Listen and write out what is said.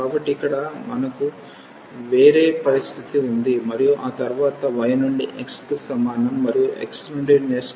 కాబట్టి ఇక్కడ వరకు మనకు వేరే పరిస్థితి ఉంది మరియు ఆ తర్వాత y నుండి x కి సమానం మరియు x నుండి నిష్క్రమించడం a కి సమానం